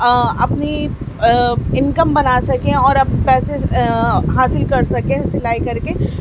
اپنی انکم بنا سکیں اور پیسے حاصل کر سکے سلائی کر کے